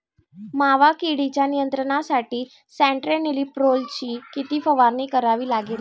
मावा किडीच्या नियंत्रणासाठी स्यान्ट्रेनिलीप्रोलची किती फवारणी करावी लागेल?